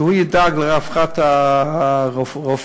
שהיא תדאג לרווחת הרופאים,